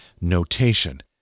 notation